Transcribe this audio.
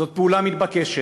זאת פעולה מתבקשת,